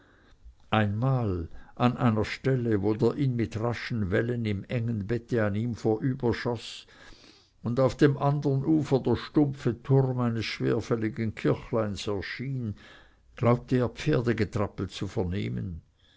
einmal an einer stelle wo der inn mit raschen wellen in engem bette an ihm vorüber schoß und auf dem andern ufer der stumpfe turm eines schwerfälligen kirchleins erschien glaubte er pferdegetrappel zu vernehmen